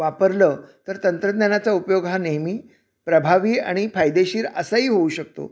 वापरलं तर तंत्रज्ञानाचा उपयोग हा नेहमी प्रभावी आणि फायदेशीर असाही होऊ शकतो